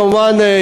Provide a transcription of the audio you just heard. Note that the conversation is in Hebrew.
כמובן,